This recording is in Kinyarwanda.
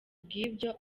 bw’ibyo